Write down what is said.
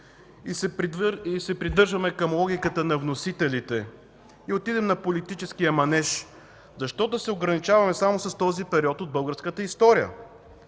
и се придържаме към логиката на вносителите и отидем на политическия манеж, защо да се ограничаваме само с този период от българската история?